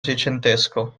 seicentesco